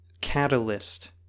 catalyst